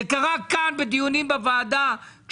אני רוצה לדעת את התשובה של השר ולדעת את ההתנהלות